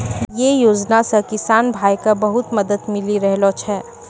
यै योजना सॅ किसान भाय क बहुत मदद मिली रहलो छै